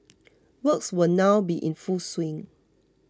works will now be in full swing